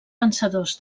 vencedors